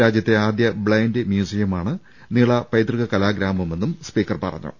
രാജ്യത്തെ ആദ്യ ബ്ലൈൻഡ് മ്യൂസിയമാണ് നിള പൈതൃക കലാഗ്രാമമെന്നും സ്പീക്കർ പറഞ്ഞു